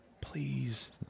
please